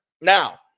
Now